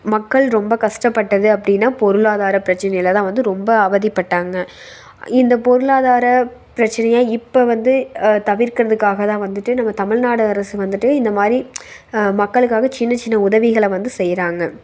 மக்கள் ரொம்ப கஷ்டப்பட்டதே அப்படினா பொருளாதார பிரச்சனையில தான் வந்து ரொம்ப அவதிப்பட்டாங்க இந்த பொருளாதார பிரச்சனையை இப்போ வந்து தவிர்க்குறதுக்காக தான் வந்துட்டு நம்ம தமிழ்நாடு அரசு வந்துட்டு இந்தமாதிரி மக்களுக்காக சின்ன சின்ன உதவிகளை வந்து செய்கிறாங்க